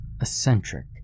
eccentric